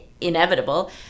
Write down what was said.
inevitable